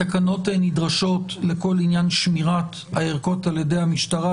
התקנות נדרשות לכל עניין שמירת הערכות על ידי המשטרה,